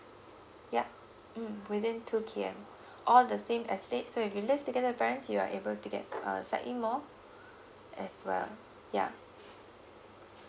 yup mm within two K_M or the same estate so if you live together with your parents you are able to get uh slightly more as well yeah